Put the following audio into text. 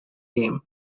game